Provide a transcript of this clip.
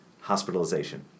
hospitalization